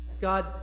God